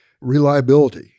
Reliability